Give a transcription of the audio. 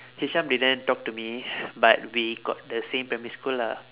hisham didn't talk to me but we got the same primary school lah